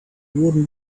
wooden